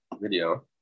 video